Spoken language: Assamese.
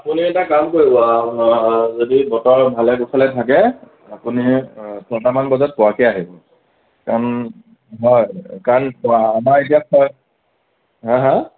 আপুনি এটা কাম কৰিব যদি বতৰ ভালে কুশলে থাকে আপুনি ছয়টামান বজাত পোৱাকৈ আহিব কাৰণ হয় কাৰণ আমাৰ এতিয়া হা হা